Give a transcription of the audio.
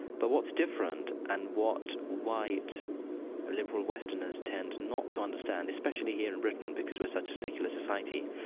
but what's different and what white liberal westerners tend not to understand especially here in britain, because we're such a secular society.